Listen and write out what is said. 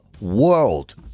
world